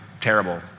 terrible